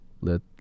let